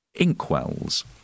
Inkwells